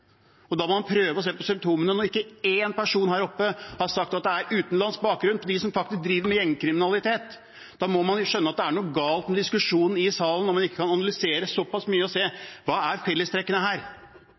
Da må man prøve å se på symptomene. Når ikke én person her oppe har sagt at de som faktisk driver med gjengkriminalitet, har utenlandsk bakgrunn, må man skjønne at det er noe galt med diskusjonen i salen – når man ikke kan analysere såpass og se